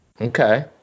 Okay